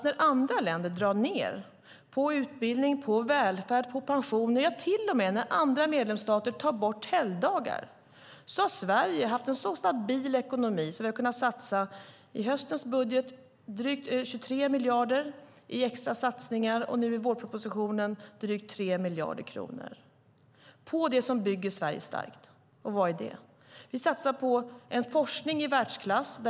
När andra länder drar ned på utbildning, välfärd, pensioner och till med tar bort helgdagar har Sverige haft en sådan stabil ekonomi att vi har kunnat satsa drygt 23 miljarder i extra satsningar i höstens budget, och nu i vårpropositionen har vi satsat drygt 3 miljarder kronor på det som bygger Sverige starkt. Och vad är det? Vi satsar på en forskning i världsklass.